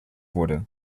wurde